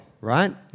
right